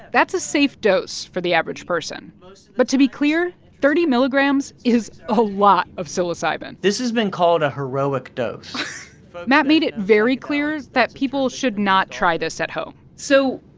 that's a safe dose for the average person. but to be clear thirty milligrams is a lot of psilocybin this has been called a heroic dose matt made it very clear that people should not try this at home so,